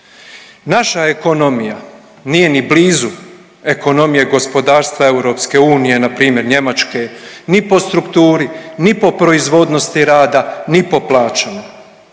Naša ekonomija nije ni blizu ekonomije gospodarstva EU npr. Njemačke ni po strukturi, ni po proizvodnosti rada, ni po plaćama.